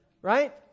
right